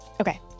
Okay